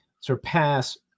surpass